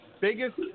biggest